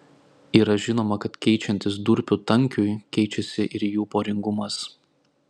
yra žinoma kad keičiantis durpių tankiui keičiasi ir jų poringumas